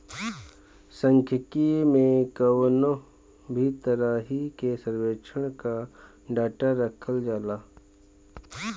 सांख्यिकी में कवनो भी तरही के सर्वेक्षण कअ डाटा रखल जाला